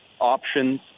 options